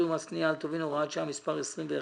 ומס קנייה על טובין (הוראת שעה מס' 21),